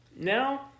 Now